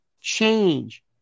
Change